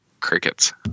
crickets